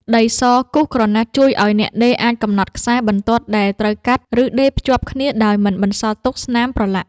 ដីសគូសក្រណាត់ជួយឱ្យអ្នកដេរអាចកំណត់ខ្សែបន្ទាត់ដែលត្រូវកាត់ ឬដេរភ្ជាប់គ្នាដោយមិនបន្សល់ទុកស្នាមប្រឡាក់។